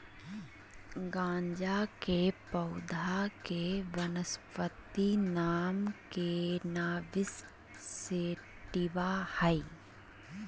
गाँजा के पौधा के वानस्पति नाम कैनाबिस सैटिवा हइ